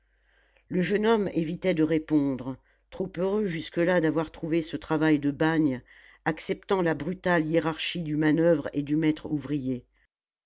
le jeune homme évitait de répondre trop heureux jusque-là d'avoir trouvé ce travail de bagne acceptant la brutale hiérarchie du manoeuvre et du maître ouvrier